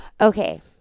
Okay